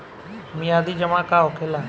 मियादी जमा का होखेला?